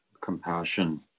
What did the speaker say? compassion